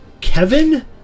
Kevin